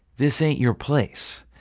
this ain't your place.